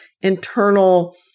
internal